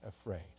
afraid